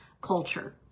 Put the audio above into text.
culture